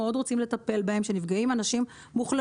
אתם מבינים שדברים כאלה.